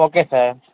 okay sir